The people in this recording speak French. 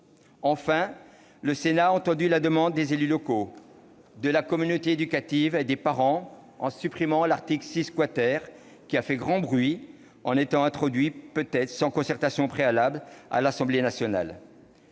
Enfin, le Sénat a entendu la demande des élus locaux, de la communauté éducative et des parents en supprimant l'article 6, qui a fait grand bruit en étant introduit sans concertation préalable à l'Assemblée nationale.